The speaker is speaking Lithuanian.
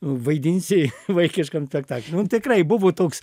vaidinsi vaikiškam spektakly nu tikrai buvo toks